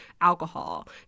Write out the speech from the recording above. alcohol